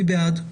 מי בעד?